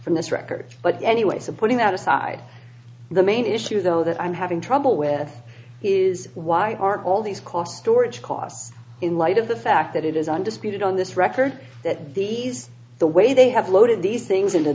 from this record but anyway so putting that aside the main issue though that i'm having trouble with is why aren't all these cost storage costs in light of the fact that it is undisputed on this record that these the way they have loaded these things into